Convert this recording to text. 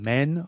Men